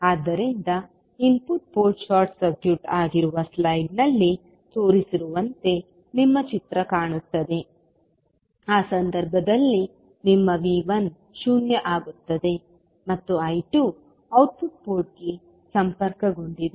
ಆದ್ದರಿಂದ input port short circuit ಆಗಿರುವ ಸ್ಲೈಡ್ನಲ್ಲಿ ತೋರಿಸಿರುವಂತೆ ನಿಮ್ಮ ಚಿತ್ರ ಕಾಣುತ್ತದೆ ಆ ಸಂದರ್ಭದಲ್ಲಿ ನಿಮ್ಮ V1 0 ಆಗುತ್ತದೆ ಮತ್ತು I2 ಔಟ್ಪುಟ್ ಪೋರ್ಟ್ಗೆ ಸಂಪರ್ಕಗೊಂಡಿದೆ